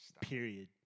Period